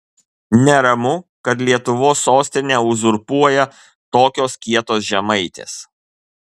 neramu kad lietuvos sostinę uzurpuoja tokios kietos žemaitės